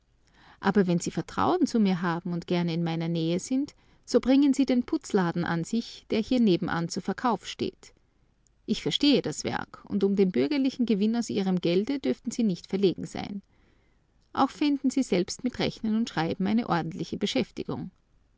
aber wenn sie vertrauen zu mir haben und gerne in meiner nähe sind so bringen sie den putzladen an sich der hier nebenan zu verkauf steht ich verstehe das werk und um den bürgerlichen gewinn aus ihrem gelde dürften sie nicht verlegen sein auch fänden sie selbst mit rechnen und schreiben eine ordentliche beschäftigung